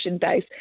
base